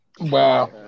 Wow